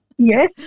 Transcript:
Yes